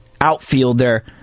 outfielder